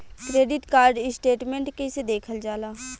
Credit card statement कइसे देखल जाला?